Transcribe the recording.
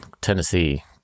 Tennessee